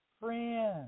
friend